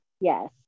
Yes